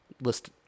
list